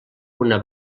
una